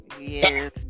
Yes